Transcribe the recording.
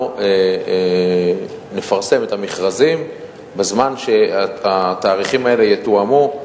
אנחנו נפרסם את המכרזים בזמן שהתאריכים האלה יתואמו,